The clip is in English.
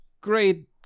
great